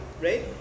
right